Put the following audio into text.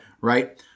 Right